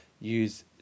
use